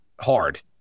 hard